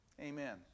Amen